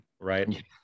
right